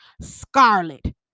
Scarlet